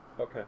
okay